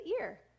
ear